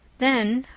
then,